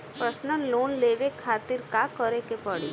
Personal loan लेवे खातिर का करे के पड़ी?